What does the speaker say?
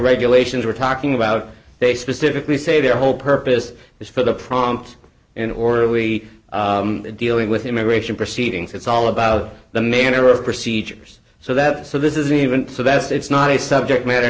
regulations we're talking about they specifically say their whole purpose is for the prompt in or are we dealing with immigration proceedings it's all about the manner of procedures so that so this isn't even the best it's not a subject matter